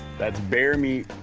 that's bear meat,